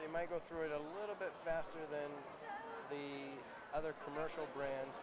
they might go through it a little bit faster than the other commercial br